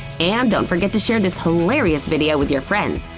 and don't forget to share this hilarious video with your friends!